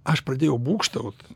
aš pradėjau būgštaut